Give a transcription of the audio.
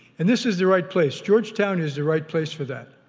and this is the right place. georgetown is the right place for that.